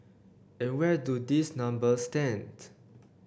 and where do these numbers stand